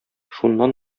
шуннан